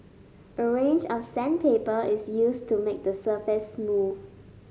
a range of sandpaper is used to make the surface smooth